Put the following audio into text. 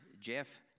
Jeff